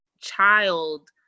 child